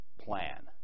plan